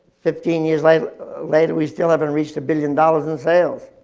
fifteen years like later, we still haven't reached a billion dollars in sales.